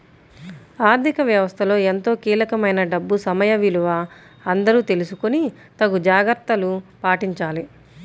ఆర్ధిక వ్యవస్థలో ఎంతో కీలకమైన డబ్బు సమయ విలువ అందరూ తెలుసుకొని తగు జాగర్తలు పాటించాలి